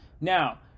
now